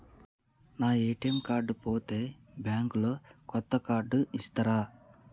నా ATM card పోతే bank లో కొత్త కార్డు ఇస్తరా?